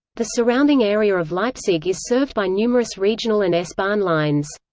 the surrounding area of leipzig is served by numerous regional and s-bahn lines.